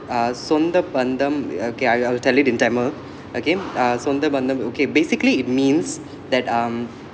uh sundar pandam okay I'll I'll tell it in tamil okay uh sundar pandam okay basically it means that um